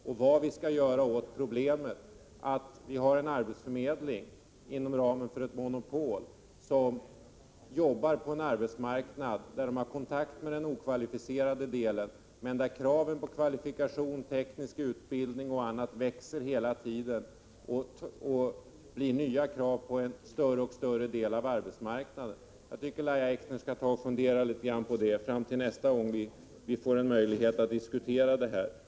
Vad skall vi göra åt problemet att vi inom ramen för ett monopol har en arbetsförmedling som jobbar på en arbetsmarknad där man har kontakt med den okvalificerade delen men där kraven på kvalifikationer, teknisk utbildning och annat hela tiden växer och det blir nya krav på en allt större del av arbetskraften? Jag tycker som sagt att Lahja Exner skall fundera över detta fram till dess att vi nästa gång får möjlighet att diskutera det här.